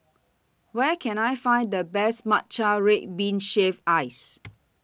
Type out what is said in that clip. Where Can I Find The Best Matcha Red Bean Shaved Ice